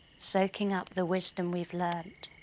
soaking up the wisdom we've learnt.